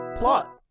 Plot